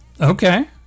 Okay